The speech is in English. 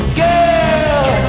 girl